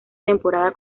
temporada